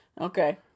Okay